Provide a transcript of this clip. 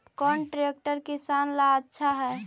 कौन ट्रैक्टर किसान ला आछा है?